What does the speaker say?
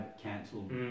cancelled